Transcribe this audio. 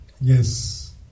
Yes